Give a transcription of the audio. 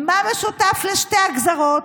מה משותף לשתי הגזרות?